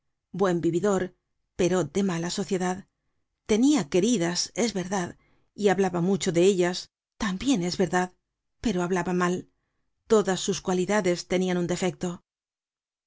buen vividor pero de mala sociedad tenia queridas es verdad y hablaba mucho de ellas tambien es verdad pero hablaba mal todas sus cualidades tenian un defecto